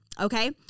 Okay